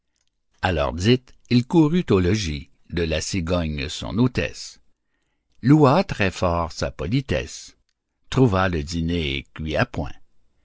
l'heure dite il courut au logis de la cigogne son hôtesse loua très fort sa politesse trouva le dîner cuit à point